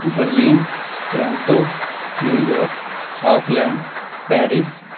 Berlin Toronto New York Auckland Paris